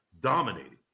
dominating